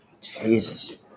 Jesus